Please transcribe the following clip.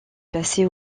placée